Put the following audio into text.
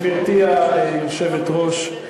גברתי היושבת-ראש,